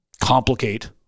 complicate